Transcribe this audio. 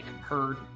heard